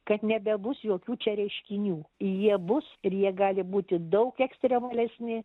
kad nebebus jokių čia reiškinių jie bus ir jie gali būti daug ekstremalesni